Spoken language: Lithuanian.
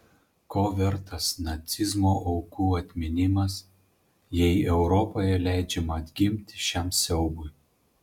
ko vertas nacizmo aukų atminimas jei europoje leidžiama atgimti šiam siaubui